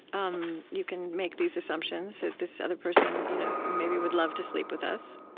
um you can make these assumptions that this other person you know maybe would love to sleep with us,